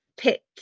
pick